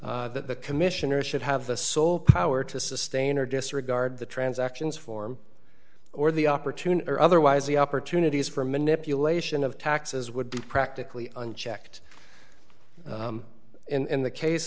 that the commissioner should have the sole power to sustain or disregard the transactions form or the opportunity or otherwise the opportunities for manipulation of taxes would be practically unchecked in the case